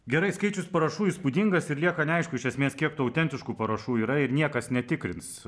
gerai skaičius parašų įspūdingas ir lieka neaišku iš esmės kiek tų autentiškų parašų yra ir niekas netikrins